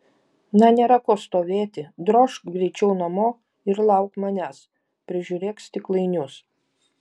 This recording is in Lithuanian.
na nėra ko stovėti drožk greičiau namo ir lauk manęs prižiūrėk stiklainius